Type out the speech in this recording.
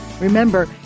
Remember